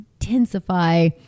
intensify